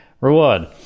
reward